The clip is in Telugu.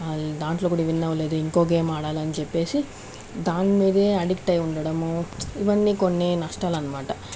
దాంట్లో కూడా విన్ అవ్వలేదు ఇంకో గేమ్ ఆడాలి అని చెప్పేసి దాని మీదే ఆడిట్ అయ్యి ఉండడము ఇవన్నీ కొన్ని నష్టాలన్నమాట